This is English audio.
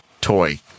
toy